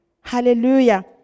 Hallelujah